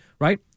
right